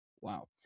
Wow